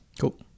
Cool